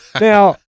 now